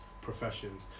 professions